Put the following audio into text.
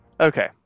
Okay